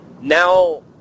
now